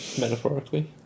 Metaphorically